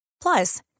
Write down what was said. Plus